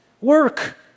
work